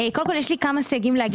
קודם כול, יש לי כמה סייגים להגיד.